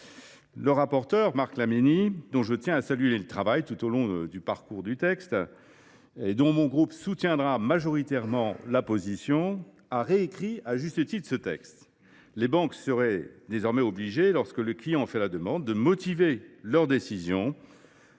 Le rapporteur, Marc Laménie, dont je tiens à saluer le travail et dont le groupe Les Indépendants soutiendra majoritairement la position, a réécrit, à juste titre, ce texte. Les banques seraient désormais obligées, lorsque le client en fait la demande, de motiver leur décision